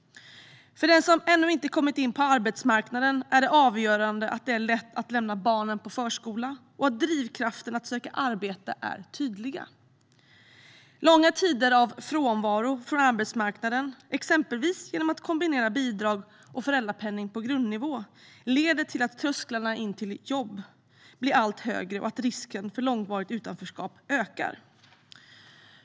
För den som ännu inte har kommit in på arbetsmarknaden är det avgörande att det är lätt att lämna barnen på förskola och att drivkrafterna att söka arbete är tydliga. Långa tider av frånvaro från arbetsmarknaden, exempelvis genom att kombinera bidrag och föräldrapenning på grundnivå, leder till att trösklarna in till jobb blir allt högre och att risken för långvarigt utanförskap ökar.